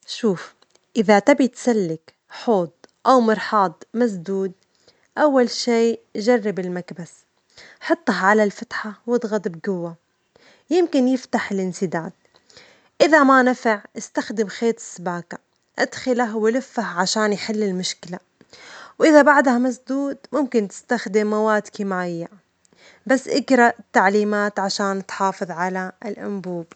شوف، إذا تبي تسلك حوض أو مرحاض مسدود، أول شي جرب المكبس، حطه على الفتحة واضغط بجوة يمكن يفتح الإنسداد، إذا ما نفع إستخدم خيط سباكة، أدخله ولفه عشان يحل المشكلة، وإذا بعدها مسدود ممكن تستخدم مواد كيماوية، بس إجرأ التعليمات عشان تحافظ على الأنبوب.